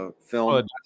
film